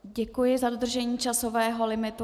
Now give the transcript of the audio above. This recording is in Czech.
Děkuji za dodržení časového limitu.